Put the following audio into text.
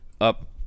up